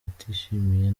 atishimiye